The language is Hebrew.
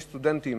יש סטודנטים